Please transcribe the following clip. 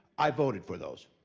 i voted for those.